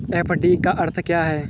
FD का अर्थ क्या है?